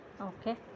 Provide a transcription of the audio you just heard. okay